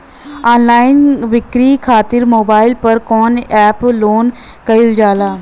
Online बिक्री खातिर mobile पर कवना एप्स लोन कईल जाला?